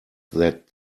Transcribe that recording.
that